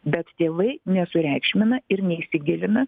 bet tėvai nesureikšmina ir neįsigilina